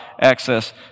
access